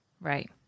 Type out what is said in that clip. Right